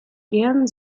gern